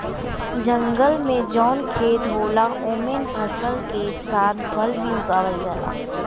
जंगल में जौन खेत होला ओमन फसल के साथ फल भी उगावल जाला